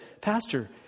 Pastor